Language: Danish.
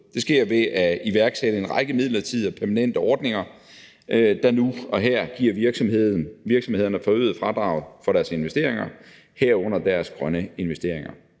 Det sker ved at iværksætte en række midlertidige og permanente ordninger, der nu og her giver virksomhederne forøget fradrag for deres investeringer, herunder deres grønne investeringer.